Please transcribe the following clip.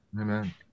amen